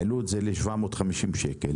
העלו אותו ל-750 שקלים,